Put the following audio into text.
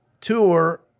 Tour